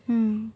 mm